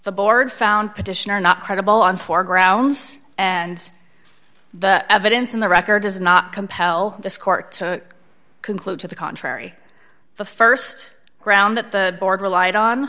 the board found petitioner not credible on four grounds and the evidence in the record does not compel this court to conclude to the contrary the st ground that the board relied on